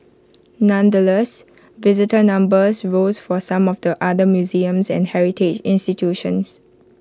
nonetheless visitor numbers rose for some of the other museums and heritage institutions